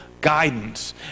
guidance